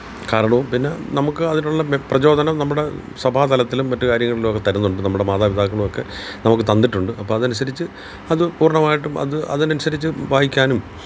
കാരണവും പിന്നെ നമ്മൾക്ക് അതിനുള്ള പ്രചോദനം നമ്മുടെ സഭാതലത്തിലും മറ്റ് കാര്യങ്ങളിലുമൊക്കെ തരുന്നുണ്ട് നമ്മുടെ മാതാപിതാക്കളുമൊക്കെ നമ്മൾക്ക് തന്നിട്ടുണ്ട് അപ്പം അതനുസരിച്ച് അത് പൂര്ണ്ണമായിട്ടും അത് അതിനനുസരിച്ച് വായിക്കാനും